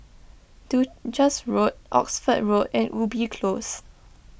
Duchess Road Oxford Road and Ubi Close